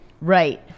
Right